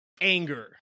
anger